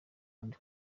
and